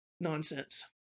nonsense